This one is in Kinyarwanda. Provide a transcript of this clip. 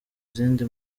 izindi